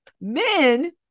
Men